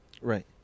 Right